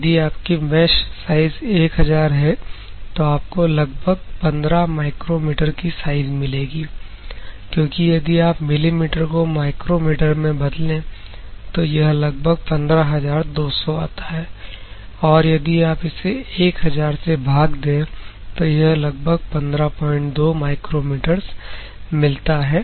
यदि आपकी mesh size 1000 है तो आपको लगभग 15 माइक्रोमीटर की साइज मिलेगी क्योंकि यदि आप मिलीमीटर को माइक्रोमीटर में बदलें तो यह लगभग 15200 है और यदि आप इसे 1000 से भाग दे तो लगभग 152 माइक्रोमीटर्स मिलता है